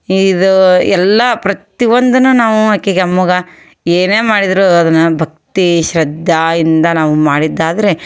ಈ ಇದು ಎಲ್ಲ ಪ್ರತಿ ಒಂದನ್ನು ನಾವು ಆಕಿಗೆ ಅಮ್ಮಗೆ ಏನೇ ಮಾಡಿದರು ಅದನ್ನು ಭಕ್ತಿ ಶ್ರದ್ದಾ ಇಂದ ನಾವು ಮಾಡಿದ್ದು ಆದರೆ